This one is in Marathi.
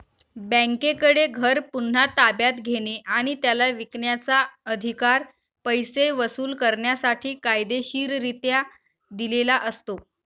बँकेकडे घर पुन्हा ताब्यात घेणे आणि त्याला विकण्याचा, अधिकार पैसे वसूल करण्यासाठी कायदेशीररित्या दिलेला असतो